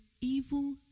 evil